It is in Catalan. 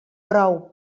prou